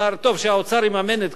שהאוצר יממן את כל זה.